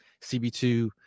CB2